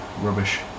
rubbish